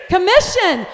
Commission